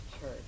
church